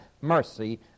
mercy